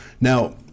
Now